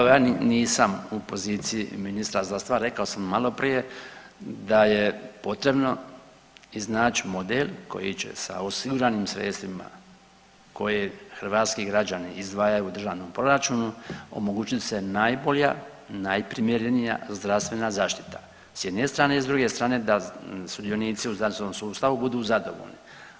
Pa ja nisam u poziciji ministra za … [[Govornik se ne razumije]] rekao sam maloprije da je potrebno iznać model koji će sa osiguranim sredstvima koje hrvatski građani izdvajaju u državnom proračunu omogućit se najbolja i najprimjerenija zdravstvena zaštita s jedne strane i s druge strane da sudionici u zdravstvenom sustavu budu zadovoljni.